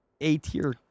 a-tier